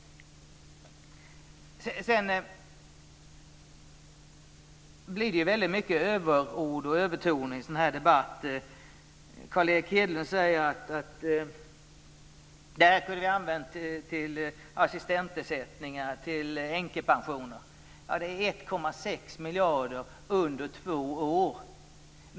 Det blir mycket överord och övertoner i en sådan här debatt. Carl Erik Hedlund säger att pengarna kunde ha använts till assistentersättning eller änkepensioner. Det är fråga om 1,6 miljarder under två år.